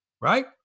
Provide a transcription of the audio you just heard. right